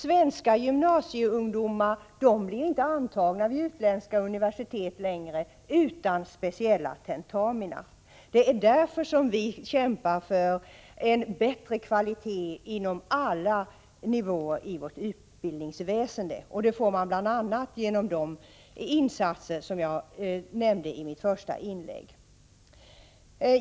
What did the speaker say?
Svenska ungdomar som gått ut gymnasiet blir inte längre antagna till utländska universitet utan speciella tentamina. Det är därför som vi kämpar för en bättre kvalitet på alla nivåer i vårt utbildningsväsende. En sådan uppnår man bl.a. genom de insatser som jag omnämnde i mitt första anförande.